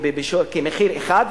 במחיר אחד,